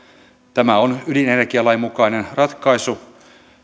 tämä on ydinenergialain mukainen ratkaisu